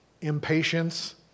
impatience